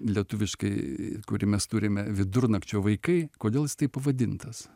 lietuviškai kurį mes turime vidurnakčio vaikai kodėl jis taip pavadintas